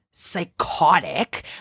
psychotic